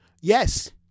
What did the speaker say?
Yes